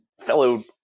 fellow